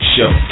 Show